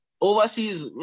Overseas